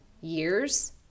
years